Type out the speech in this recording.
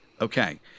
Okay